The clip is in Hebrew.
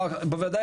ולהתארגן.